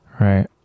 right